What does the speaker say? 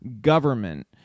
government